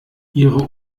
ihre